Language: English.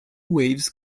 waves